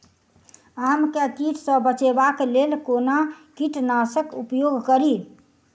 आम केँ कीट सऽ बचेबाक लेल कोना कीट नाशक उपयोग करि?